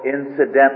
incidentally